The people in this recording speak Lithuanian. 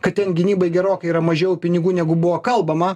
kad ten gynybai gerokai yra mažiau pinigų negu buvo kalbama